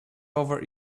over